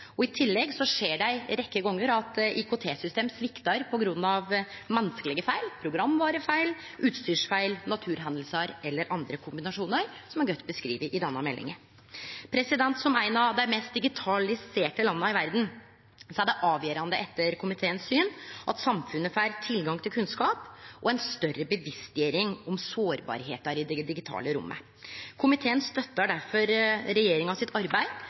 og i tillegg skjer det ei rekkje gonger at IKT-system sviktar på grunn av menneskelege feil, programvarefeil, utstyrsfeil, naturhendingar eller ein kombinasjon av desse, som er godt beskrive i denne meldinga. Noreg er eit av dei mest digitaliserte landa i verda, og det er avgjerande, etter komiteens syn, at samfunnet får tilgang til kunnskap og ei større bevisstgjering om sårbarheiter i det digitale rommet. Komiteen støttar derfor regjeringa sitt arbeid